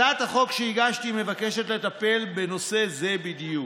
הצעת החוק שהגשתי מבקשת לטפל בנושא זה בדיוק.